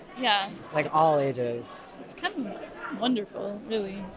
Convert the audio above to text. yeah like all ages it's kind of wonderful, really